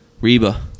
Reba